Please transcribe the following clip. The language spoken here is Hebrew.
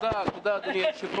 אתה מבין את זה?